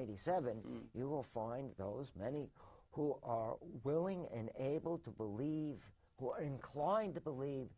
eighty seven you will find those many who are willing and able to believe who are inclined to believe